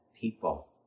people